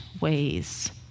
ways